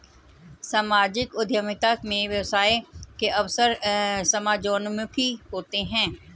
सामाजिक उद्यमिता में व्यवसाय के अवसर समाजोन्मुखी होते हैं